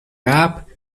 rap